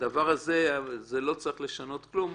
שבדבר הזה לא צריך לשנות כלום,